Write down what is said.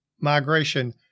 migration